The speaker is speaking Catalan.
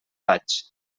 vaig